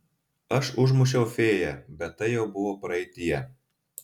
aš užmušiau fėją bet tai jau buvo praeityje